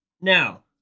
Now